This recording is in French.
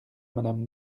madame